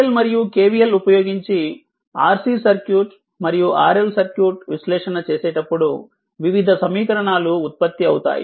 KCL మరియు KVL ఉపయోగించి RC circuit మరియు RL సర్క్యూట్ విశ్లేషణ చేసేటప్పుడు వివిధ సమీకరణాలు ఉత్పత్తి అవుతాయి